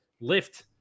lift